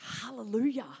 Hallelujah